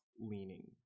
leaning